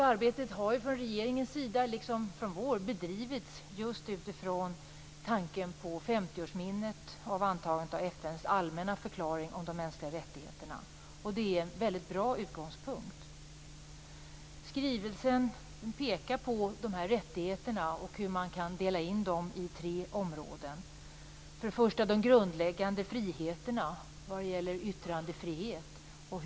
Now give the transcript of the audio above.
Arbetet har från regeringens sida liksom från vår sida bedrivits just utifrån tanken på 50-årsminnet av antagandet av FN:s allmänna förklaring om de mänskliga rättigheterna. Det är en väldigt bra utgångspunkt. I skrivelsen i fråga pekar man på hur dessa rättigheter kan delas in i tre områden. Det gäller för det första den grundläggande yttrandefriheten.